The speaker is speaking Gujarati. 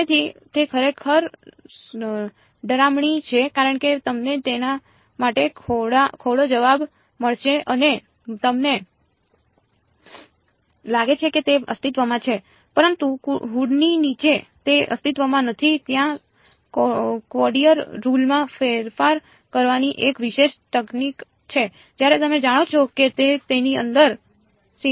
તેથી તે ખરેખર ડરામણી છે કારણ કે તમને તેના માટે થોડો જવાબ મળશે અને તમને લાગે છે કે તે અસ્તિત્વમાં છે પરંતુ હૂડની નીચે તે અસ્તિત્વમાં નથી ત્યાં ક્વોડરેચર રુલમાં ફેરફાર કરવાની એક વિશેષ તકનીક છે જ્યારે તમે જાણો છો કે તેની અંદર સિંગયુંલારીટી છે